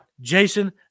Jason